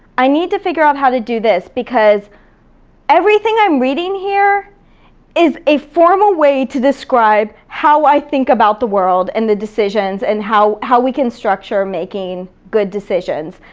i need to figure out how to do this because everything i'm reading here is a formal way to describe how i think about the world and the decisions, and how how we can structure making good decisions.